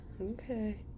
okay